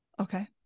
Okay